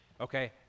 Okay